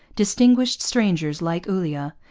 distinguished strangers like ulloa,